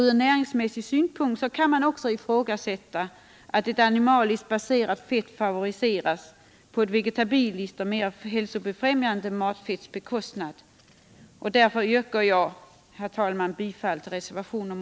Ur näringsmässig synpunkt kan man också ifrågasätta att ett animaliskt baserat fett favoriseras på bekostnad av ett vegetabiliskt och mera hälsofrämjande matfett. Jag yrkar bifall till reservationen 8.